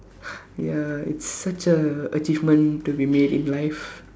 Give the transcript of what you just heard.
ya it's such a achievement to be made in life